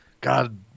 God